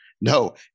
No